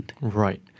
Right